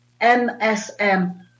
MSM